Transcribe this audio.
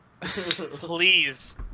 Please